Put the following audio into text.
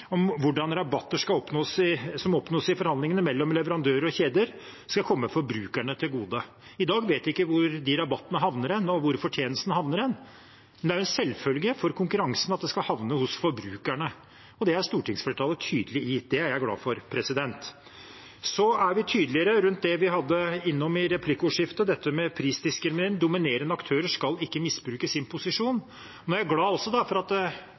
om hvordan rabatter som oppnås i forhandlingene mellom leverandører og kjeder, skal komme forbrukerne til gode. I dag vet vi ikke hvor de rabattene og fortjenesten havner, men det er jo en selvfølge for konkurransen at de skal havne hos forbrukerne. Det er stortingsflertallet tydelig på, og det er jeg glad for. Vi er tydeligere på det vi var innom i replikkordskiftet, dette med prisdiskriminering. Dominerende aktører skal ikke misbruke sin posisjon. Jeg er også glad for at Høyre, og da helt sikkert regjeringspartiene, vil være med på forslaget fra Arbeiderpartiet, Fremskrittspartiet og SV, sånn at